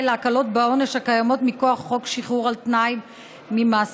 להקלות בעונש הקיימות מכוח חוק שחרור על תנאי ממאסר,